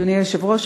אדוני היושב-ראש,